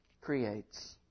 creates